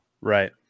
Right